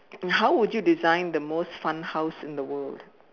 how would you design the most fun house in the world